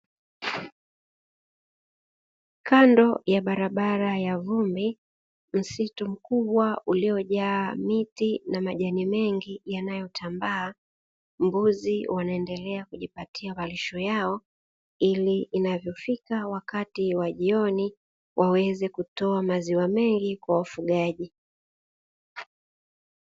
Kando ya barabara ya vumbi, msitu mkubwa uliojaa miti na majani mengi yanayotambaa, mbuzi wanaendelea kujipatia marisho yao ili inapofika wakati wa jioni waweze kutoa maziwa mengi kwa wafugaji.